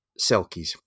selkies